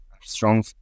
strong